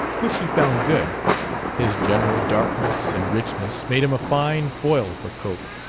which she found good his general darkness and richness made him a fine foil for cope.